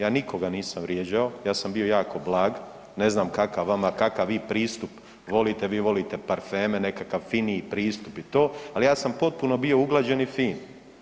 Ja nikoga nisam vrijeđao, ja sam bio jako blag, ne znam kakav vama, kakav vi pristup volite, vi volite parfeme, nekakav finiji pristup i to, ali ja sam potpuno bio uglađen i fin.